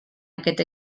aquest